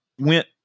went